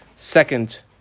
Second